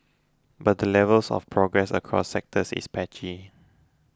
but the levels of progress across sectors is patchy